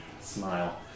smile